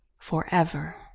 forever